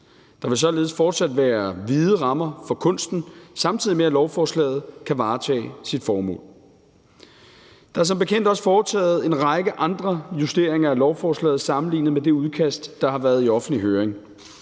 Der vil således fortsat være vide rammer for kunsten, samtidig med at lovforslaget kan varetage sit formål. Der er som bekendt også foretaget en række andre justeringer af lovforslaget sammenlignet med det udkast, der har været i offentlig høring.